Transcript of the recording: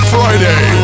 Friday